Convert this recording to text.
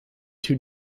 two